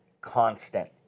constant